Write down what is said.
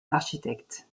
architecte